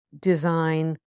design